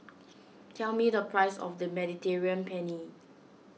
tell me the price of the Mediterranean Penne